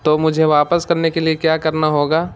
تو مجھے واپس کرنے کے لیے کیا کرنا ہوگا